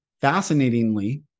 fascinatingly